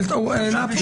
אחידה.